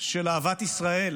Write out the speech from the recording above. של אהבת ישראל